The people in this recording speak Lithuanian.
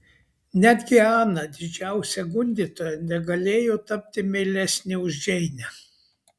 netgi ana didžiausia gundytoja negalėjo tapti meilesnė už džeinę